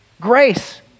grace